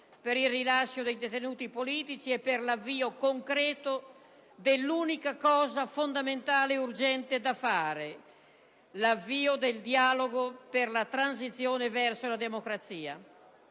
per il rilascio dei detenuti politici e per l'avvio concreto dell'unica cosa fondamentale e urgente da fare: il dialogo per la transizione verso la democrazia.